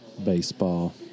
baseball